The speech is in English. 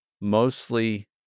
mostly